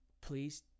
please